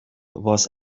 was